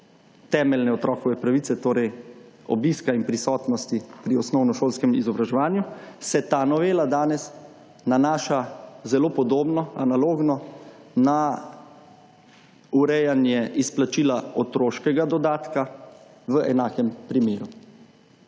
temeljne otrokove pravice, torej obiska in prisotnosti pri osnovnošolskem izobraževanju, se ta novela danes nanaša zelo podobno analogno na urejanje izplačila otroškega dodatka v enakem primeru.